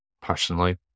Personally